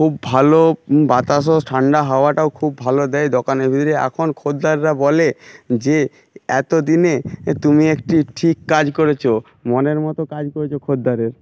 খুব ভালো বাতাসও ঠান্ডা হাওয়াটাও খুব ভালো দেয় দোকানে ভিড়ে এখন খোদ্দেররা বলে যে এতো দিনে তুমি একটি ঠিক কাজ করেছো মনের মতো কাজ করেছো খোদ্দেরের